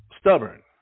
Stubborn